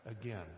again